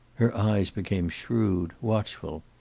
her eyes became shrewd, watchful.